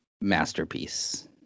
masterpiece